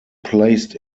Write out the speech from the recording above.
placed